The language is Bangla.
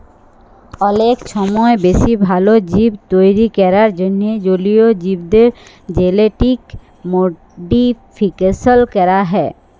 অলেক ছময় বেশি ভাল জীব তৈরি ক্যরার জ্যনহে জলীয় জীবদের জেলেটিক মডিফিকেশল ক্যরা হ্যয়